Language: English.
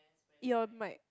eon mike